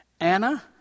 Anna